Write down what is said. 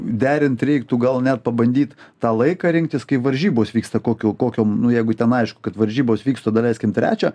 derint reiktų gal net pabandyt tą laiką rinktis kaip varžybos vyksta kokiu kokiom nu jeigu ten aišku kad varžybos vyksta daleiskim trečią